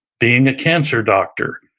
being a cancer doctor,